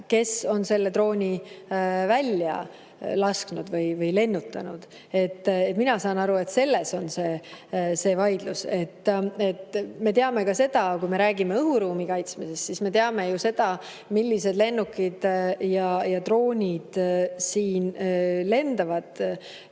kes on selle drooni välja lasknud või lennutanud. Mina saan aru, et selles on see vaidlus. Kui me räägime õhuruumi kaitsmisest, siis me teame ju seda, millised lennukid ja droonid siin lendavad.